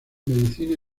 medicina